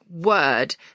word